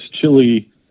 chili